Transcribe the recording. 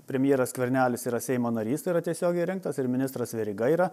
premjeras skvernelis yra seimo narys yra tiesiogiai rinktas ir ministras veryga yra